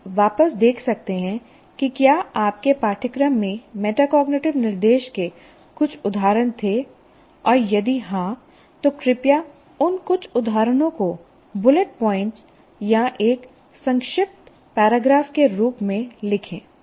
आप वापस देख सकते हैं कि क्या आपके पाठ्यक्रम में मेटाकॉग्निटिव निर्देश के कुछ उदाहरण थे और यदि हां तो कृपया उन कुछ उदाहरणों को बुलेट पॉइंट या एक संक्षिप्त पैराग्राफ के रूप में लिखें